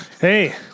hey